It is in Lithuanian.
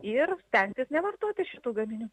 ir stengtis nevartoti šitų gaminių